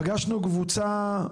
פגשנו קבוצה,